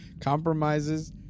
compromises